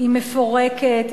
היא מפורקת,